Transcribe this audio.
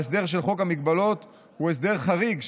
ההסדר של חוק המגבלות הוא הסדר חריג,